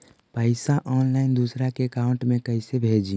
पैसा ऑनलाइन दूसरा के अकाउंट में कैसे भेजी?